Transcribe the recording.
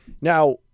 now